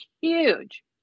huge